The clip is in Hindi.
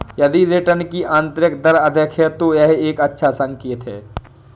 यदि रिटर्न की आंतरिक दर अधिक है, तो यह एक अच्छा संकेत है